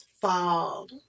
fall